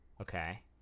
Okay